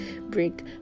break